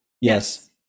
Yes